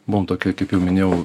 buvom tokioj kaip jau minėjau